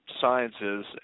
sciences